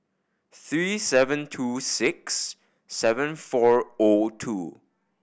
three seven two six seven four O two